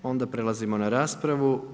Onda prelazimo na raspravu.